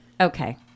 Okay